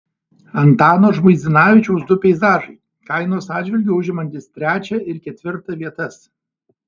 antano žmuidzinavičiaus du peizažai kainos atžvilgiu užimantys trečią ir ketvirtą vietas